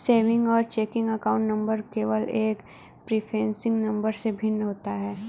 savings और checking account number केवल एक प्रीफेसिंग नंबर से भिन्न होते हैं